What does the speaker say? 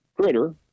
critter